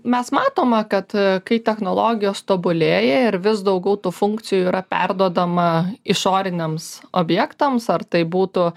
mes matome kad a kai technologijos tobulėja ir vis daugiau tų funkcijų yra perduodama išoriniams objektams ar tai būtų